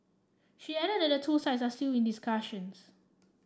she added that the two sides are still in discussions